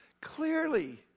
Clearly